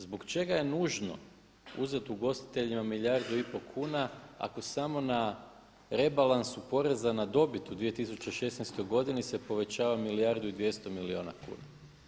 Zbog čega je nužno uzeti ugostiteljima 1,5 milijardu kuna ako samo na rebalansu poreza na dobit u 2016. godini se povećava 1 milijardu i 200 milijuna kuna.